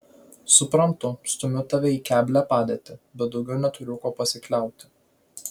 suprantu stumiu tave į keblią padėtį bet daugiau neturiu kuo pasikliauti